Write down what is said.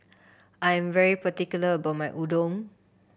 I'm very particular about my Udon